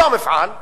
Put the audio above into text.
אותו מפעל,